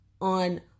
On